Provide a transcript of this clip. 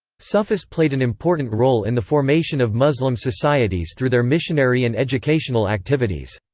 sufis played an important role in the formation of muslim societies through their missionary and educational activities.